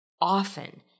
often